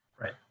Right